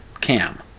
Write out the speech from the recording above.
Cam